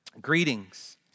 Greetings